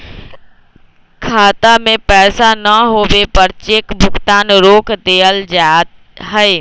खाता में पैसा न होवे पर चेक भुगतान रोक देयल जा हई